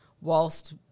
whilst